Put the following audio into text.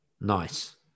Nice